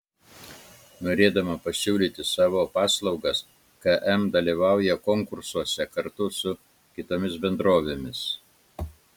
norėdama pasiūlyti savo paslaugas km dalyvauja konkursuose kartu su kitomis bendrovėmis